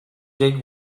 dig